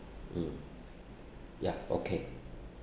mm ya okay